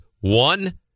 one